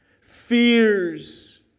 fears